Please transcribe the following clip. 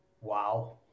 Wow